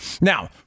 Now